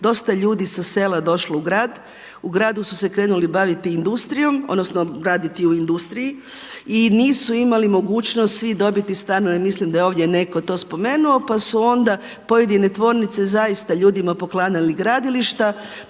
dosta ljudi sa sela došlo u grad, u gradu su se krenuli baviti industrijom odnosno raditi u industriji i nisu imali mogućnost svi dobiti stanove, mislim da je ovdje netko to spomenuo pa su onda pojedine tvornice zaista ljudima poklanjale gradilišta,